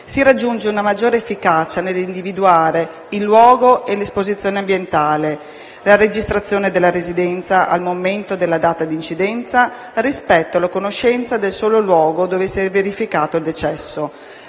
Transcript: si raggiunge una maggiore efficacia nell'individuare il luogo e l'esposizione ambientale, la registrazione della residenza al momento della data di incidenza rispetto alla conoscenza del solo luogo dove si è verificato il decesso,